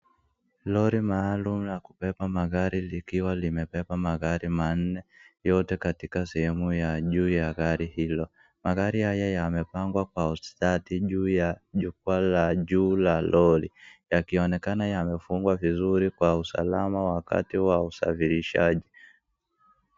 Lori maalum ya kubeba magari likiwa limebeba magari manne yote katika sehemu ya juu ya gari hilo magari haya yamepangwa kwa ustadi juu ya jukwaa la juu la lori yakionekana yamefungwa vizuri kwa usalama wakati wa usafirishaji.